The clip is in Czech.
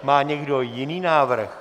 Má někdo jiný návrh?